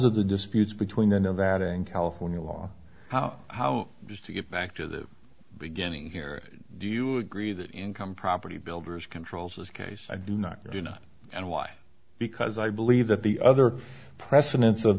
of the disputes between the nevada and california law how how to get back to the beginning here do you agree that income property builders controls this case i do not do not and why because i believe that the other precedents of